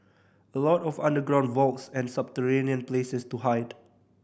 a lot of underground vaults and subterranean places to hide